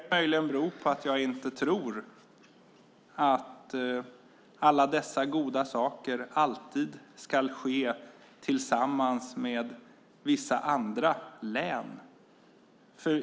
Fru talman! Det kan möjligen bero på att jag inte tror att alla dessa goda saker alltid ska ske tillsammans med vissa andra län.